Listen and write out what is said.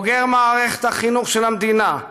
בוגר מערכת החינוך של המדינה,